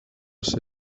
ser